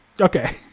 Okay